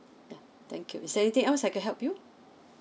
ya thank you is there anything else I can help you